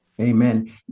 Amen